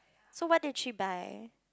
so what did she buy